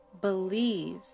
believe